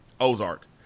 Ozark